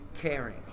caring